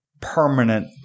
permanent